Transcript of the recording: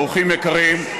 אורחים יקרים,